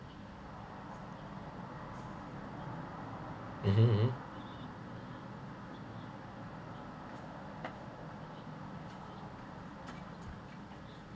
mmhmm mmhmm